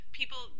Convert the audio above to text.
people